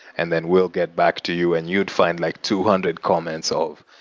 and then we'll get back to you, and you'd find like two hundred comments of,